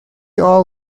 all